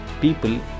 people